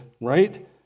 right